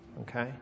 okay